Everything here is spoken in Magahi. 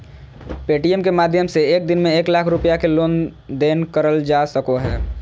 पे.टी.एम के माध्यम से एक दिन में एक लाख रुपया के लेन देन करल जा सको हय